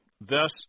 Thus